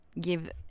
give